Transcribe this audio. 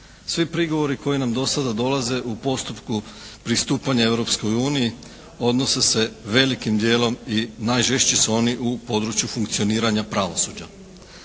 Svi prigovori koji nam do sada dolaze u postupku pristupanja Europskoj uniji, odnose se velikim dijelom i najžešći su oni u području funkcioniranja pravosuđa.